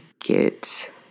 get